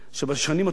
שבשנים הטובות,